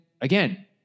again